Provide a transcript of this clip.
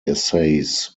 essays